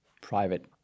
private